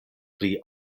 pri